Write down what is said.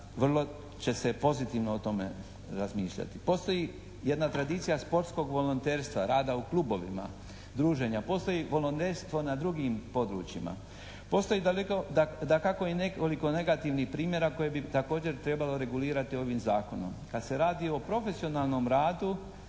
vrlo će se pozitivno o tome razmišljati. Postoji jedna tradicija sportskog volonterstva, rada u klubovima, druženja. Postoji volonterstvo na drugim područjima. Postoji dakako i nekoliko negativnih primjera koje bi također trebalo regulirati ovim zakonom. Kad se radi o profesionalnom radu